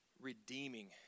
redeeming